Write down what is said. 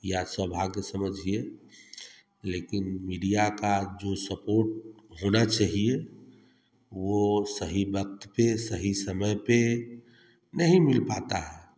या सौभाग्य समझिए लेकिन मीडिया का जो सपोर्ट होना चाहिए वो सही वक्त पे सही समय पे नहीं मिल पाता है